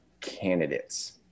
candidates